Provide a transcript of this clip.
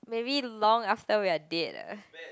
maybe long after we're dead ah